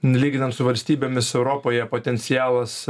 lyginant su valstybėmis europoje potencialas